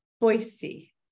Boise